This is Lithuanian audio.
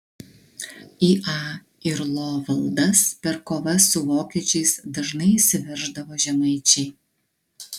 į a ir lo valdas per kovas su vokiečiais dažnai įsiverždavo žemaičiai